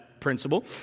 principle